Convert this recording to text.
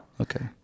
Okay